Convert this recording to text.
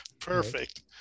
Perfect